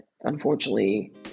unfortunately